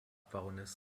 baroness